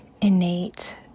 innate